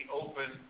open